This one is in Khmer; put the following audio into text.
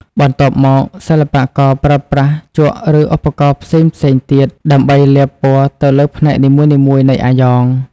បន្ទាប់មក សិល្បករប្រើប្រាស់ជក់ឬឧបករណ៍ផ្សេងៗទៀតដើម្បីលាបពណ៌ទៅលើផ្នែកនីមួយៗនៃអាយ៉ង។